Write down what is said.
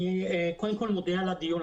אני מודה על הדיון,